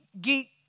geek